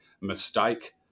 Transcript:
mistake